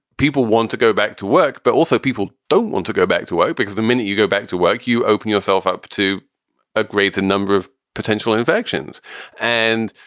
people want to go back to work, but also people don't want to go back to work because the minute you go back to work, you open yourself up to a greater number of potential infections and,